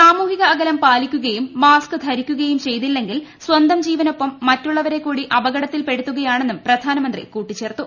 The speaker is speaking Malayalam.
സാമൂഹിക ൃഅ്കൂലം പാലിക്കുകയും മാസ്ക് ധരിക്കുകയും ചെയ്തില്ലെങ്കിൽ സ്വന്തം ജീവനൊപ്പം മറ്റുള്ളവരെ കൂടി അപകടത്തിൽ രൂപ്പെടുത്തുകയാണെന്നും പ്രധാനമന്ത്രി കൂട്ടിച്ചേർത്തു